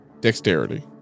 Dexterity